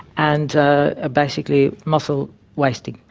and ah ah basically muscle wasting,